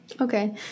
Okay